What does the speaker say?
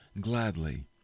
gladly